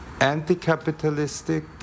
anti-capitalistic